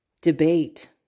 debate